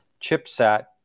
chipset